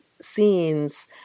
scenes